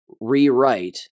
rewrite